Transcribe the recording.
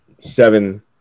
seven